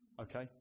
Okay